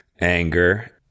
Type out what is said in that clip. anger